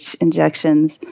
injections